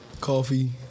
Coffee